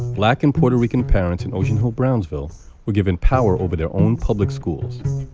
black and puerto rican parents in ocean hill-brownsville were given power over their own public schools.